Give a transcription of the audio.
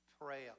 prayer